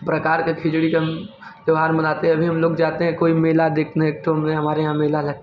प्रकार के खिचड़ी के त्यौहार मनाते हैं अभी हम लोग जाते हैं कोई मेला देखने तो में हमारे यहाँ मेला लगता है